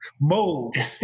mode